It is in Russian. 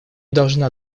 должна